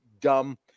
dumb